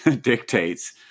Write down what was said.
dictates